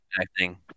acting